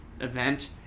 event